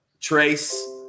Trace